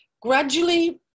Gradually